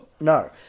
no